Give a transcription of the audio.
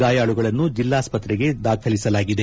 ಗಾಯಾಳುಗಳನ್ನು ಜಿಲ್ಲಾಸ್ತತೆಗೆ ದಾಖಲಿಸಲಾಗಿದೆ